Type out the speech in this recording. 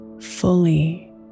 fully